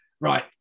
Right